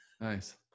Nice